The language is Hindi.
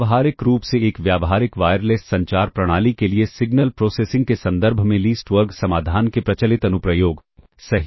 व्यावहारिक रूप से एक व्यावहारिक वायरलेस संचार प्रणाली के लिए सिग्नल प्रोसेसिंग के संदर्भ में लीस्ट वर्ग समाधान के प्रचलित अनुप्रयोग सही